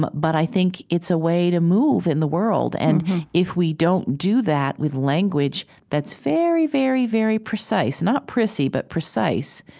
but but i think it's a way to move in the world. and if we don't do that with language that's very, very, very precise not prissy, but precise,